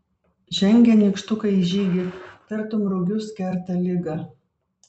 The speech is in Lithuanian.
žengia nykštukai į žygį tartum rugius kerta ligą